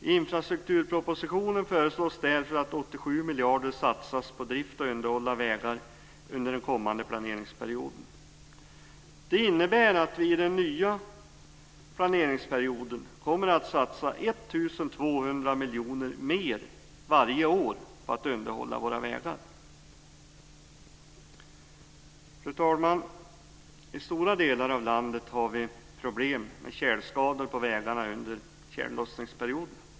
I infrastrukturpropositionen föreslås därför att 87 miljarder kronor satsas på drift och underhåll av vägar under den kommande planeringsperioden. Det innebär att vi i den nya planeringsperioden kommer att satsa 1 200 miljoner kronor mer varje år på att underhålla våra vägar. Fru talman! I stora delar av landet har vi problem med tjälskador på vägarna under tjällossningsperioden.